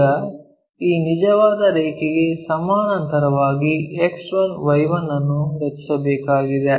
ಈಗ ಈ ನಿಜವಾದ ರೇಖೆಗೆ ಸಮಾನಾಂತರವಾಗಿ X1 Y1 ಅನ್ನು ರಚಿಸಬೇಕಾಗಿದೆ